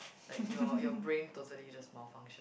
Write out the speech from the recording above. like your your brain totally just malfunction